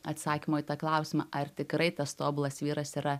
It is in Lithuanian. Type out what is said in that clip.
atsakymo į tą klausimą ar tikrai tas tobulas vyras yra